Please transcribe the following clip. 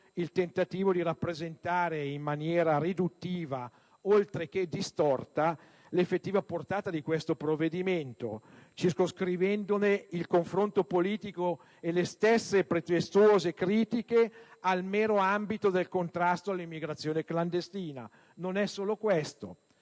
il tentativo di rappresentare in maniera riduttiva, oltre che distorta, l'effettiva portata di questo provvedimento, circoscrivendone il confronto politico e le stesse pretestuose critiche al mero ambito del contrasto all'immigrazione clandestina. Non è solo questo.